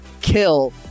kill